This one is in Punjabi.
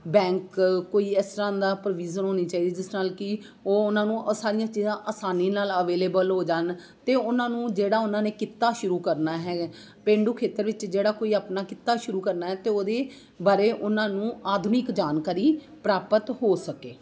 ਬੈਂਕ ਕੋਈ ਇਸ ਤਰ੍ਹਾਂ ਦਾ ਪ੍ਰੋਵੀਜ਼ਨ ਹੋਣੀ ਚਾਹੀਦੀ ਜਿਸ ਨਾਲ ਕਿ ਉਹ ਉਹਨਾਂ ਨੂੰ ਸਾਰੀਆਂ ਚੀਜ਼ਾਂ ਆਸਾਨੀ ਨਾਲ ਅਵੇਲੇਬਲ ਹੋ ਜਾਣ ਅਤੇ ਉਹਨਾਂ ਨੂੰ ਜਿਹੜਾ ਉਹਨਾਂ ਨੇ ਕਿੱਤਾ ਸ਼ੁਰੂ ਕਰਨਾ ਹੈ ਪੇਂਡੂ ਖੇਤਰ ਵਿੱਚ ਜਿਹੜਾ ਕੋਈ ਆਪਣਾ ਕਿੱਤਾ ਸ਼ੁਰੂ ਕਰਨਾ ਅਤੇ ਉਹਦੇ ਬਾਰੇ ਉਹਨਾਂ ਨੂੰ ਆਧੁਨਿਕ ਜਾਣਕਾਰੀ ਪ੍ਰਾਪਤ ਹੋ ਸਕੇ